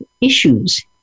issues